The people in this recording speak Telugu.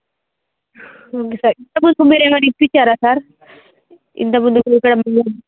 ఇంతకముందు మీరేమైనా ఇప్పించారా సార్ ఇంతకముందు